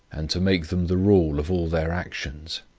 and to make them the rule of all their actions.